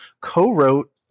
co-wrote